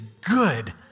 good